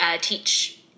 teach